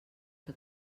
que